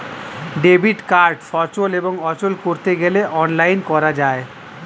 debit card সচল এবং অচল করতে গেলে অনলাইন করা যায়